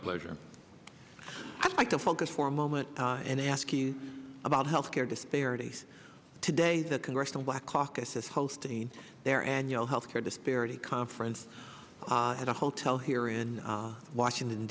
pleasure i'd like to focus for a moment and ask you about health care disparities today the congressional black caucus is hosting their annual health care disparity conference at a hotel here in washington